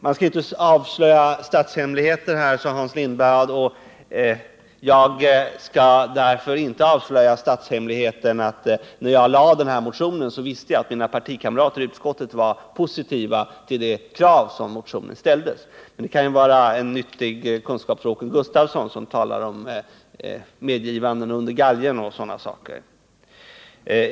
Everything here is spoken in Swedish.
Man skall inte avslöja statshemligheter, sade Hans Lindblad. Jag skall ändå avslöja hemligheten att jag, när jag väckte min motion, visste att mina partikamrater i utskottet var positiva till det krav som ställdes i motionen. Det kan vara en nyttig kunskap för Åke Gustavsson, som talar om medgivanden under galgen och sådana saker.